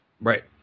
Right